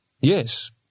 Yes